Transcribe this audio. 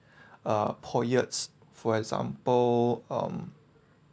uh poets for example um